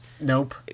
Nope